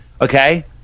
okay